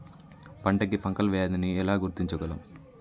పంట కి ఫంగల్ వ్యాధి ని ఎలా గుర్తించగలం?